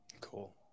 Cool